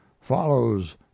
follows